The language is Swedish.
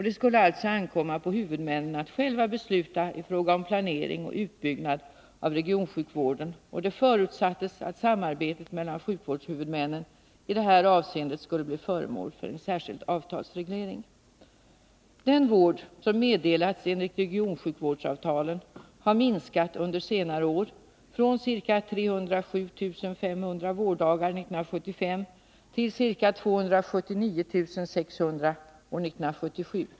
Det skulle alltså ankomma på huvudmännen att själva besluta i fråga om planeringen och utbyggnaden av regionsjukvården, och det förutsattes att samarbetet mellan sjukvårdshuvudmännen i detta avseende skulle bli föremål för särskild avtalsreglering. Den vård som meddelats enligt regionsjukvårdsavtalen har minskat under senare år från ca 307 500 vårddagar år 1975 till ca 279 600 år 1977.